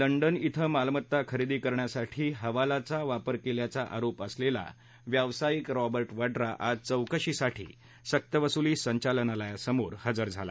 London ध्वीं मालमत्ता खरेदी करण्यासाठी हवालाचा पैशाचा वापर केल्याचा आरोप असलेला व्यावसायिक रॉबर्ट वाड्रा आज चौकशीसाठी संकवसुली संचालनालयासमोर हजर झाला